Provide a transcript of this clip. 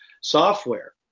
software